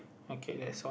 okay that's all